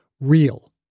real